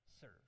Serve